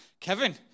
Kevin